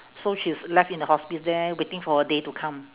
so she's left in the hospice there waiting for her day to come